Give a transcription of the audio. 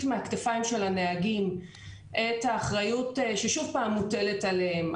מהכתפיים של הנהגים את האחריות ששוב פעם מוטלת עליהם.